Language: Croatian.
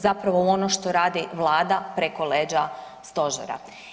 Zapravo u ono što radi Vlada preko leđa stožera.